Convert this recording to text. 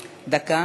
דקה,